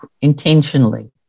intentionally